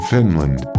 Finland